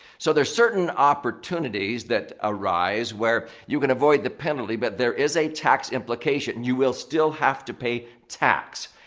so, there's certain opportunities that arise where you can avoid the penalty but there is a tax implication. you will still have to pay tax.